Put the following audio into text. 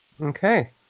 Okay